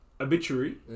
Obituary